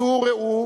צאו וראו